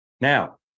Now